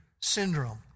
syndrome